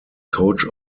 coach